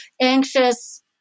anxious